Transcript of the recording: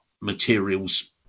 materials